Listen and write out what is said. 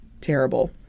terrible